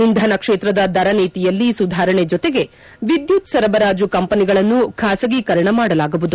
ಇಂಧನ ಕ್ಷೇತ್ರದ ದರ ನೀತಿಯಲ್ಲಿ ಸುಧಾರಣೆ ಜೊತೆಗೆ ವಿದ್ಯುತ್ ಸರಬರಾಜು ಕಂಪನಿಗಳನ್ನು ಖಾಸಗೀಕರಣ ಮಾಡಲಾಗುವುದು